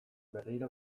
berriro